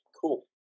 Cool